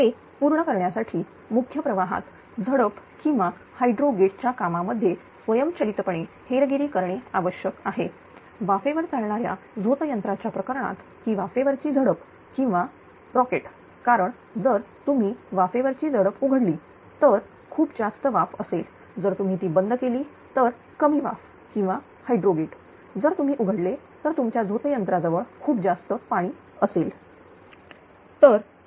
ते पूर्ण करण्यासाठी मुख्य प्रवाहात झडप किंवा हायड्रो गेटच्या कामामध्ये स्वयंचलितपणे हेरगिरी करणे आवश्यक आहे वाफेवर चालणाऱ्या झोत यंत्राच्या प्रकरणात ही वाफेवरची झडप किंवा हायड्रो गेट कारण जर तुम्ही वाफेवर ची झडप उघडली तर खूप जास्त वाफ असेल जर तुम्ही ती बंद केली तर कमी वाफ किंवा हायड्रो गेट जर तुम्ही उघडले तर तुमच्या झोतयंत्राजवळ खूप जास्त पाणी असेल